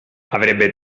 avrebbe